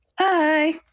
Hi